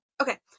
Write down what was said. okay